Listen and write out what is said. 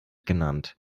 genannt